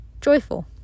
joyful